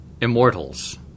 immortals